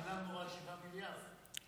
שילמנו רק 7 מיליארד על הרפורמה הזאת,